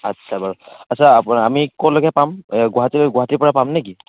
আচ্ছা বাৰু আচ্ছা আপ আমি ক'লৈকে পাম গুৱাহাটী গুৱাহাটীৰ পৰা পাম নেকি